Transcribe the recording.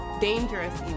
dangerous